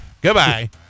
Goodbye